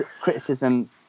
criticism